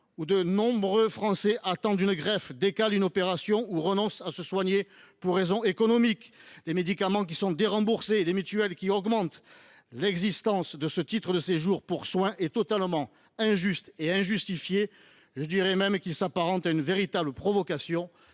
où de nombreux Français attendent une greffe, décalent une opération ou renoncent à se soigner pour des raisons économiques, où des médicaments sont déremboursés et où le prix des mutuelles augmente, l’existence de ce titre de séjour pour soins est injuste et injustifiée. Il s’apparente même à une véritable provocation.